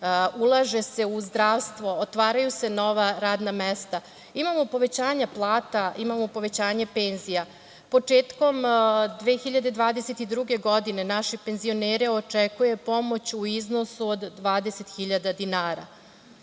ulaže se u zdravstvo, otvaraju se nova radna mesta. Imamo povećanje plata, imamo povećanje penzija. Početkom 2022. godine naši penzionere očekuje pomoć u iznosu od 20 hiljada dinara.